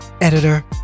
editor